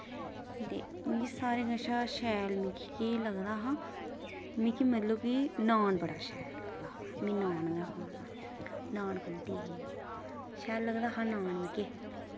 ते मिकी सारें कशा शैल मिकी केह् लगदा हा मिकी मतलब कि नान बड़ा शैल लगदा हा मी नान गै खाना नान खंदी ही शैल लगदा हा नान मिकी